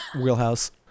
wheelhouse